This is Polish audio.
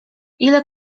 ile